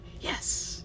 yes